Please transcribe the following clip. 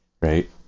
right